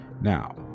now